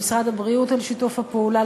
למשרד הבריאות על שיתוף הפעולה,